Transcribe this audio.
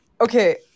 okay